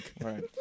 Right